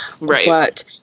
Right